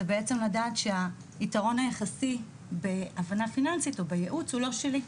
זה בעצם לדעת שהיתרון היחסי בהבנה פיננסית או בייעוץ הוא לא שלי.